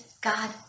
God